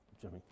Jimmy